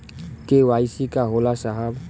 KYC का होला साहब?